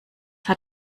hat